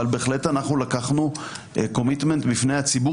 אבל בהחלט אנחנו לקחנו Commitment בפני הציבור